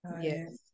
Yes